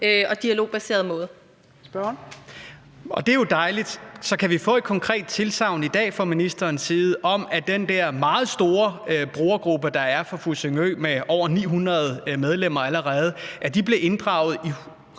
Aastrup Jensen (V): Og det er jo dejligt. Så kan vi få et konkret tilsagn i dag fra ministerens side om, at den der meget store brugergruppe, der er fra Fussingø, med over 900 medlemmer allerede bliver inddraget ret